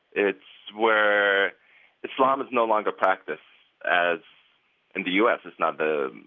it's where islam is no longer practiced as in the u s it's not the,